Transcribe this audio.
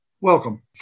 Welcome